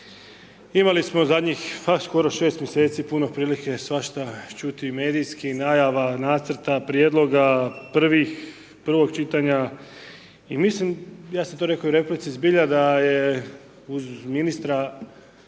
imali smo zadnjih pa skoro 6 mjeseci puno prilike svašta čuti i medijskih najava, nacrta, prijedloga prvih, prvog čitanja i mislim, ja sam to rekao i u replici zbilja da je uz ministra